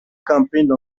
campaigned